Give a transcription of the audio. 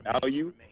value